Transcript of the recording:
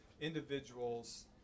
individuals